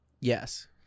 Yes